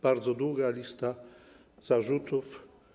Bardzo długa lista zarzutów.